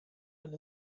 and